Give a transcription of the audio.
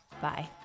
Bye